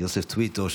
יוסף טוויטו,